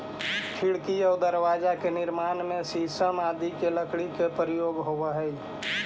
खिड़की आउ दरवाजा के निर्माण में शीशम आदि के लकड़ी के प्रयोग होवऽ हइ